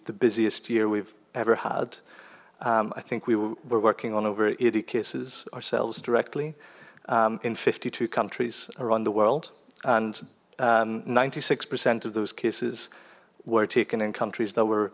the busiest year we've ever had i think we were working on over eighty cases ourselves directly in fifty two countries around the world and ninety six percent of those cases were taken in countries that were